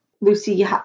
Lucy